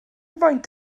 faint